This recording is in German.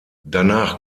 danach